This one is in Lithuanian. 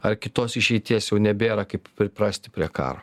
ar kitos išeities jau nebėra kaip priprasti prie karo